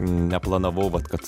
neplanavau vat kad